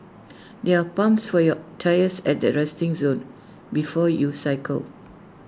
there are pumps for your tyres at the resting zone before you cycle